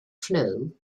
flow